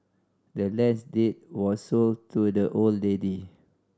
the land's deed was sold to the old lady